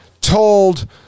told